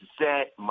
set